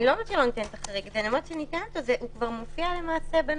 אני אומרת שזה מופיע בנוסח,